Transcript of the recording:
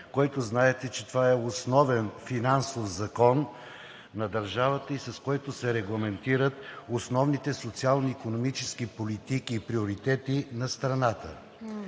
който знаете, че това е основен финансов закон на държавата и с който се регламентират основните социални и икономически политики и приоритети на страната.